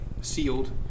sealed